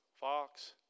Fox